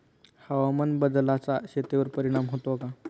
हवामान बदलाचा शेतीवर परिणाम होतो का?